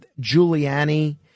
Giuliani